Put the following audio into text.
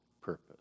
purpose